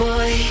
boy